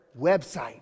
website